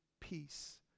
peace